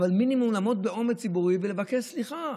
אבל המינימום זה לעמוד באומץ ציבורי ולבקש סליחה.